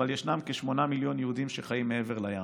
אבל ישנם כ-8 מיליון יהודים שחיים מעבר לים